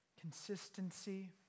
consistency